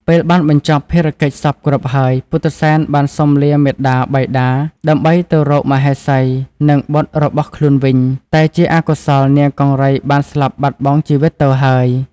ពេលបានបញ្ចប់ភារកិច្ចសព្វគ្រប់ហើយ ពុទ្ធិសែនបានសុំលាមាតាបិតាដើម្បីទៅរកមហេសី និងបុត្ររបស់ខ្លួនវិញ តែជាអកុសលនាងកង្រីបានស្លាប់បាត់បង់ជីវិតទៅហើយ។